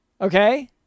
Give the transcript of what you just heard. Okay